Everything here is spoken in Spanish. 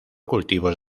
cultivos